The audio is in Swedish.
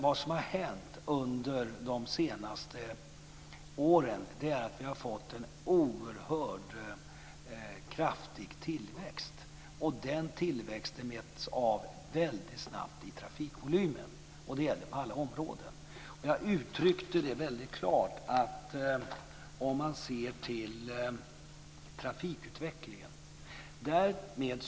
Vad som har hänt under de senaste åren är att vi har fått en oerhört kraftig tillväxt, och den tillväxten märks av väldigt snabbt i trafikvolymen, och det gäller på alla områden. Jag uttryckte väldigt klart att det här gällde om man ser till trafikutvecklingen.